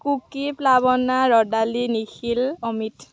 কুকি প্লাৱনা ৰ'দালি নিখিল অমৃত